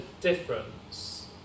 difference